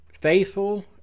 faithful